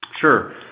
Sure